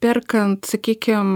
perkant sakykim